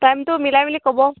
টাইমটো মিলাই মেলি ক'ব